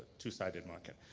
two-sided market.